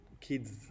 kids